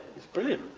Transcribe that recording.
it's brilliant.